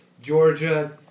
Georgia